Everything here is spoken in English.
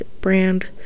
brand